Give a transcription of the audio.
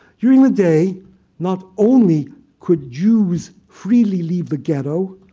during the day not only could jews freely leave the ghetto,